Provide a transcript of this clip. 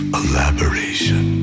elaboration